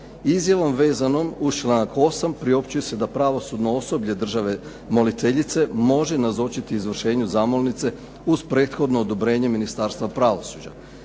Izjavom vezanom uz članak 8. priopćuje se da pravosudno osoblje države moliteljice može nazočiti izvršenju zamolnice uz prethodno odobrenje Ministarstva pravosuđa.